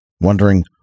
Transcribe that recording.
wondering